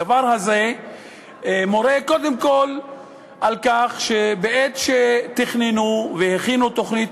הדבר מורה קודם כול על כך שבעת שתכננו והכינו תוכנית